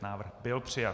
Návrh byl přijat.